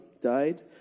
died